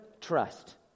trust